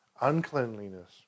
uncleanliness